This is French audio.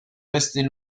restées